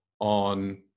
on